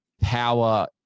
power